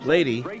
Lady